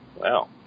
Wow